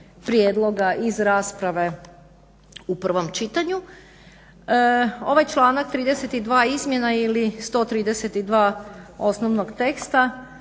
prijedloga iz rasprave u prvom čitanju ovaj članak 32.izmjena ili 132. Osnovnog teksta